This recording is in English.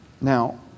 Now